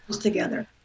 together